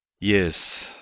Yes